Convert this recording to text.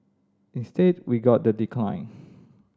instead we got the decline